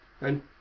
And